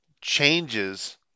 changes